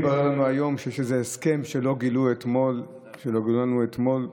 שיש איזה הסכם שלא גילו לנו אתמול,